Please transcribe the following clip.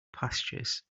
pastures